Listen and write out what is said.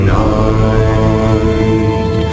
night